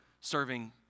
serving